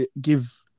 give